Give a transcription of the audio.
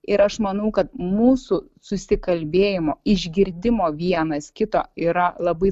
ir aš manau kad mūsų susikalbėjimo išgirdimo vienas kito yra labai